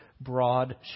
broad